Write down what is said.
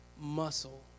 muscle